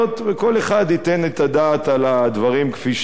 וכל אחד ייתן את הדעת על הדברים כפי שהם.